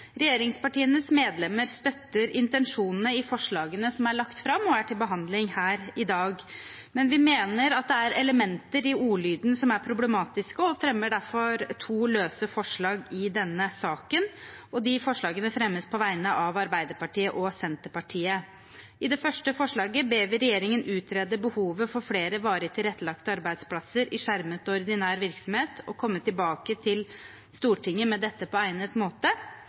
Regjeringspartienes medlemmer støtter intensjonene i forslagene som er lagt fram, og som er til behandling her i dag, men vi mener at det er elementer i ordlyden som er problematisk. Vi fremmer derfor to løse forslag i denne saken. De forslagene fremmes på vegne av Arbeiderpartiet og Senterpartiet. I det første forslaget ber vi regjeringen utrede behovet for flere varig tilrettelagte arbeidsplasser i skjermet og ordinær virksomhet og komme tilbake til Stortinget med dette på egnet måte.